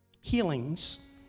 healings